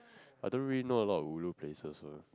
I don't really know a lot of ulu places eh